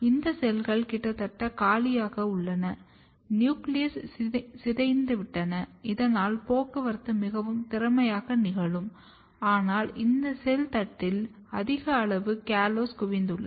இந்த செல்கள் கிட்டத்தட்ட காலியாக உள்ளன நியூக்ளியஸ் சிதைந்துவிட்டன இதனால் போக்குவரத்து மிகவும் திறமையாக நிகழும் ஆனால் இந்த செல் தட்டில் அதிக அளவு கலோஸ் குவிந்துள்ளது